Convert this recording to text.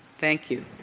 thank you.